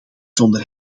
zonder